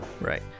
right